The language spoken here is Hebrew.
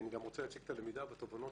אני רוצה להציג את הלמידה ואת התובנות